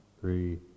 three